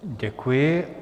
Děkuji.